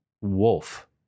Wolf